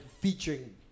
featuring